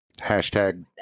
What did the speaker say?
Hashtag